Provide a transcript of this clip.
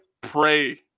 pray